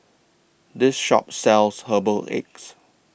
This Shop sells Herbal Egg